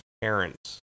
parents